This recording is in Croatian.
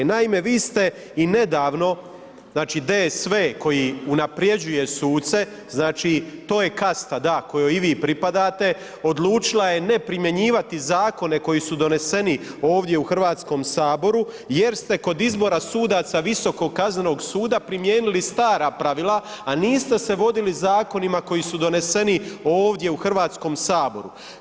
Naime, vi ste i nedavno znači DSV koji unaprjeđuje suce, znači to je kasta, da, kojoj i vi pripadate, odlučila je ne primjenjivati zakone koji su doneseni ovdje u HS-u jer ste kod izbora sudaca Visokog kaznenog suda primijenili stara pravila, a niste se vodili zakonima koji su doneseni ovdje u HS-u.